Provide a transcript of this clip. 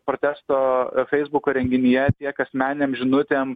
protesto feisbuko renginyje tiek asmeninėm žinutėm